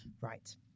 right